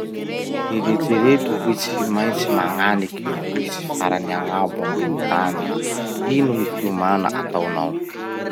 Eritsereto hoe tsy maintsy magnaniky vohitsy farany agnabo ambony tany iha. Ino gny fiomana ataonao?